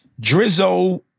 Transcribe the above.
Drizzo